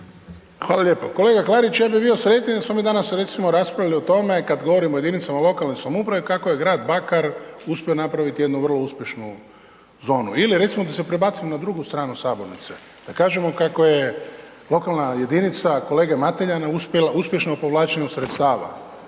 Hvala lijepo. Kolega Klarić, ja bi bio sretniji da smo mi danas recimo raspravljali o tome kad govorimo o jedinicama lokalne samouprave kako je grad Bakar uspio napraviti jednu vrlo uspješnu zonu ili recimo da se prebacimo na drugu stranu sabornice, da kažemo kako je lokalna jedinica kolege Mateljana uspjela, uspješna u povlačenju sredstava.